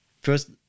first